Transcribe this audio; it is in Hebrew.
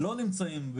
לא נמצאים,